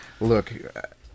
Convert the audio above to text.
Look